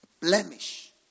Blemish